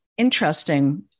interesting